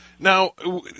Now